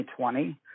2020